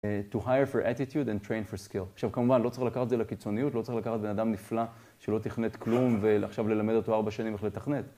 To hire for attitude and train for skill. עכשיו, כמובן, לא צריך לקחת את זה לקיצוניות, לא צריך לקחת את בן אדם נפלא, שלא תכנת כלום, ועכשיו ללמד אותו ארבע שנים איך לתכנת.